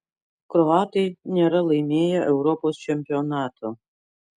kroatai nėra laimėję europos čempionato